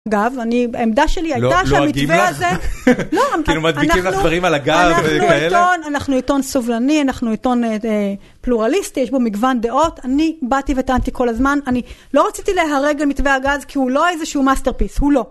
אגב, אני, העמדה שלי הייתה שהמתווה הזה, לא אגיב לך, אנחנו, כאילו מדביקים לך דברים על הגב, כאלה? אנחנו עיתון סובלני, אנחנו עיתון פלורליסטי, יש בו מגוון דעות, אני באתי וטענתי כל הזמן, אני לא רציתי להרג על מתווה הגז כי הוא לא איזה שהוא מסטרפיסט, הוא לא.